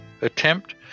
attempt